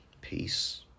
peace